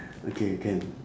okay can